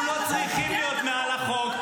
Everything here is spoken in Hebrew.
אנחנו לא צריכים להיות מעל החוק.